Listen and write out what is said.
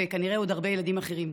וכנראה עוד הרבה ילדים אחרים?